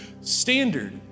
standard